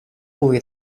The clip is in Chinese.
部位